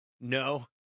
No